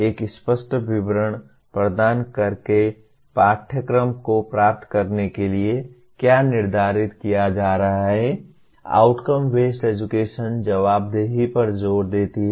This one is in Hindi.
एक स्पष्ट विवरण प्रदान करके कि पाठ्यक्रम को प्राप्त करने के लिए क्या निर्धारित किया जा रहा है आउटकम बेस्ड एजुकेशन जवाबदेही पर जोर देती है